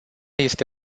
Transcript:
este